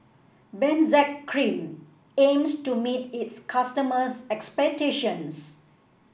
Benzac Cream aims to meet its customers' expectations